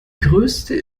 größte